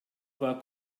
war